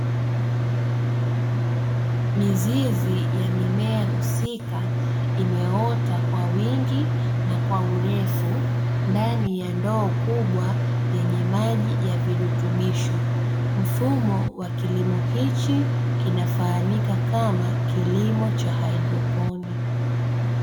Mizizi ya mimea husika imeota kwa wingi na kwa urefu ndani ya ndoo kubwa yenye maji ya virutubisho. Mfumo wa kilimo hichi unafahamika kama kilimo cha haidroponi.